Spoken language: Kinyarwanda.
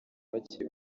bakiri